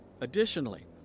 Additionally